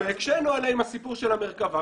והקשינו עליה עם הסיפור של המרכב"ה,